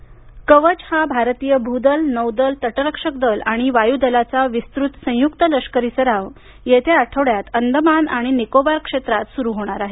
कवच लष्करी सराव कवच हा भारतीय भूदल नौदल तटरक्षक दल आणि वायूदलाचा विस्तृत संयुक्त लष्करी सराव येत्या आठवड्यात अंदमान आणि निकोबार क्षेत्रात सुरू होणार आहे